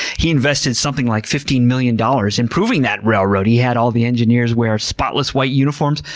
he invested something like fifteen million dollars improving that railroad. he had all the engineers wear spotless, white uniforms.